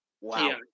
Wow